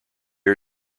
are